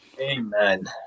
Amen